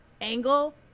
angle